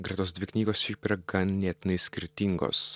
gretos dvi knygos šiaip yra ganėtinai skirtingos